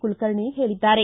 ಕುಲಕರ್ಣಿ ಹೇಳಿದ್ದಾರೆ